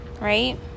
right